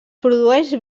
produeix